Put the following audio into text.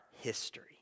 history